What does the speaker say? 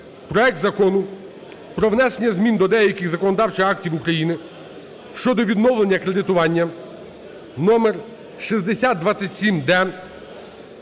проект Закону про внесення змін до деяких законодавчих актів України щодо відновлення кредитування (№ 6027-д)